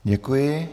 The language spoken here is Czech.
Děkuji.